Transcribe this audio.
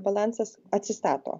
balansas atsistato